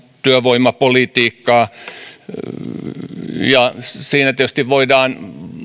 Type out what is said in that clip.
työvoimapolitiikkaan siinä tietysti voidaan